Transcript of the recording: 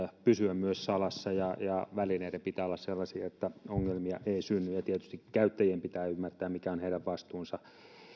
pysyä salassa ja ja välineiden pitää olla sellaisia että ongelmia ei synny ja tietysti käyttäjien pitää ymmärtää mikä on heidän vastuunsa